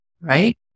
right